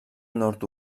nord